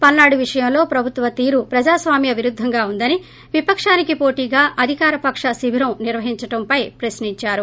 పల్సాడు విషయంలో ప్రభుత్వ తీరు ప్రజాస్వామ్య విరుద్దంగా ఉందని విపకానికి పోటీగా అధికారపక శిబిరం నిర్వహించడంపై ప్రశ్నించారు